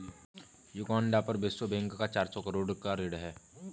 Uganda पर विश्व bank का चार सौ करोड़ ऋण है